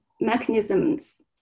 mechanisms